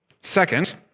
Second